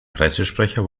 pressesprecher